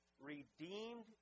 redeemed